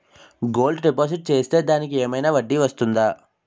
Gold deposit చేస్తే దానికి ఏమైనా వడ్డీ వస్తుందా?